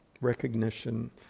recognition